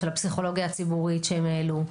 של הפסיכולוגיה הציבורית שהם העלו,